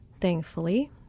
thankfully